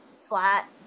flat